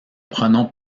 pronoms